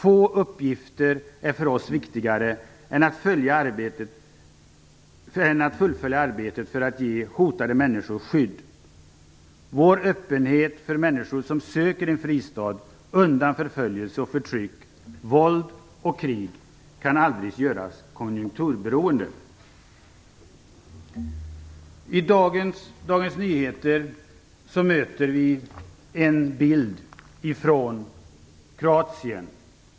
Få uppgifter är för oss viktigare än att fullfölja arbetet för att ge hotade människor skydd. Vår öppenhet för människor som söker en fristad undan förföljelse och förtryck, våld och krig kan aldrig göras konjunkturberoende. I Dagens Nyheter av i dag möter vi en bild från Kroatien.